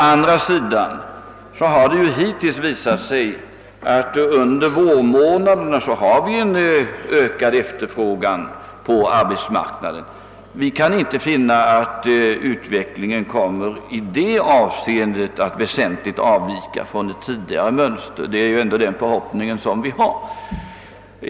Men hittills har det varit så att vi under vårmånaderna fått en ökad efterfrågan på arbetsmarknaden, och vi har inte kunnat finna att utvecklingen kommer att väsentligt avvika från tidigare mönster i det avseendet. Det är i varje fall vår förhoppning.